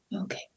Okay